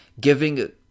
giving